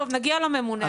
טוב נגיע לממונה.